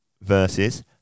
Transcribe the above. versus